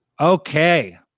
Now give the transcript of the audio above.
Okay